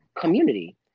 community